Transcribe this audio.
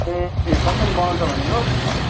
ए कसरी बनाउँछ भनेको